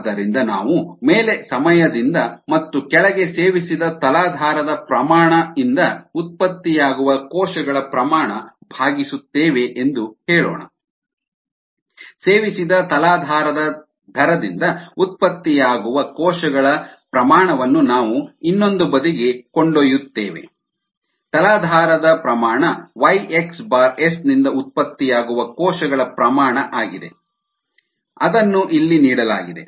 ಆದ್ದರಿಂದ ನಾವು ಮೇಲೆ ಸಮಯದಿಂದ ಮತ್ತು ಕೆಳಗೆ ಸೇವಿಸಿದ ತಲಾಧಾರದ ಪ್ರಮಾಣ ಇಂದ ಉತ್ಪತ್ತಿಯಾಗುವ ಕೋಶಗಳ ಪ್ರಮಾಣ ಭಾಗಿಸುತ್ತೇವೆ ಎಂದು ಹೇಳೋಣ ಸೇವಿಸಿದ ತಲಾಧಾರದ ದರದಿಂದ ಉತ್ಪತ್ತಿಯಾಗುವ ಕೋಶಗಳ ದರವನ್ನು ನಾವು ಇನ್ನೊಂದು ಬದಿಗೆ ಕೊಂಡೊಯ್ಯುತ್ತೇವೆ ತಲಾಧಾರದ ದರವು Y xS ನಿಂದ ಉತ್ಪತ್ತಿಯಾಗುವ ಕೋಶಗಳ ಪ್ರಮಾಣ ಆಗಿದೆ ಅದನ್ನು ಇಲ್ಲಿ ನೀಡಲಾಗಿದೆ